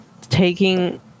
taking